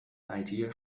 idea